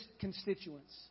constituents